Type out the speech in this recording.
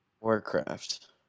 Warcraft